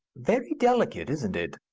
very delicate, isn't it?